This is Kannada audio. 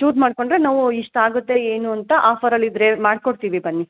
ಚೂಸ್ ಮಾಡಿಕೊಂಡ್ರೆ ನಾವು ಇಷ್ಟಾಗುತ್ತೆ ಏನು ಅಂತ ಆಫರಲ್ಲಿ ಇದ್ದರೆ ಮಾಡಿಕೊಡ್ತೀವಿ ಬನ್ನಿ